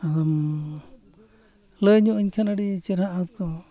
ᱟᱫᱚᱢ ᱞᱟᱹᱭᱧᱚᱜ ᱟᱹᱧ ᱠᱷᱟᱱ ᱟᱹᱰᱤ ᱪᱮᱨᱦᱟᱜᱼᱟ ᱟᱫᱚ